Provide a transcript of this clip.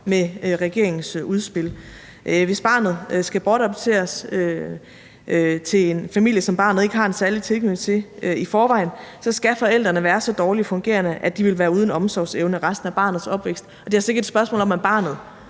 med regeringens udspil. Hvis barnet skal bortadopteres til en familie, som barnet ikke har en særlig tilknytning til i forvejen, så skal forældrene være så dårligt fungerende, at de ville være uden omsorgsevne resten af barnets opvækst. Det er altså ikke et spørgsmål om, at barnet,